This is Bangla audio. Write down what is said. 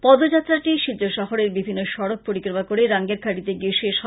পদযাত্রাটি শিলচর শহরের বিভিন্ন সড়ক পরিক্রমা করে রাঙ্গিরখাড়িতে গিয়ে শেষ হয়